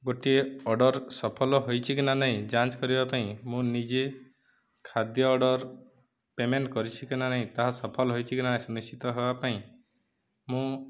ଗୋଟିଏ ଅର୍ଡ଼ର ସଫଲ ହୋଇଛି କି ନା ନାହିଁ ଯାଞ୍ଚ କରିବା ପାଇଁ ମୁଁ ନିଜେ ଖାଦ୍ୟ ଅର୍ଡ଼ର ପେମେଣ୍ଟ କରିଛି କି ନା ନାହିଁ ତାହା ସଫଲ ହୋଇଛି କି ନାହିଁ ସୁନିଶ୍ଚିତ ହବା ପାଇଁ ମୁଁ